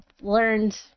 learned